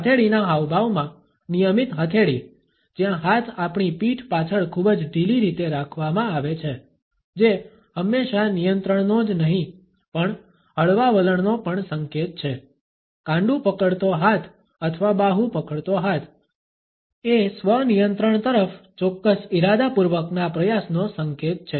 હથેળીના હાવભાવમાં નિયમિત હથેળી જ્યાં હાથ આપણી પીઠ પાછળ ખૂબ જ ઢીલી રીતે રાખવામાં આવે છે જે હંમેશા નિયંત્રણનો જ નહીં પણ હળવા વલણનો પણ સંકેત છે કાંડું પકડતો હાથ અથવા બાહુ પકડતો હાથ એ સ્વ નિયંત્રણ તરફ ચોક્કસ ઇરાદાપૂર્વકના પ્રયાસનો સંકેત છે